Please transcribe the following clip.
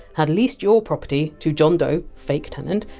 had leased your property to john doe, fake tenant,